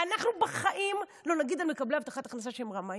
אבל אנחנו בחיים לא נגיד על מקבלי הבטחת הכנסה שהם רמאים.